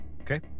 Okay